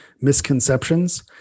misconceptions